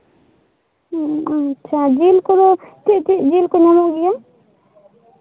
ᱟᱪᱪᱷᱟ ᱡᱤᱞ ᱠᱚᱫᱚ ᱪᱮᱫ ᱪᱮᱫ ᱡᱤᱞ ᱠᱚ ᱧᱟᱢᱚᱜ ᱜᱮᱭᱟ